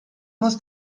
muss